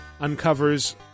uncovers